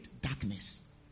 Darkness